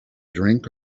drink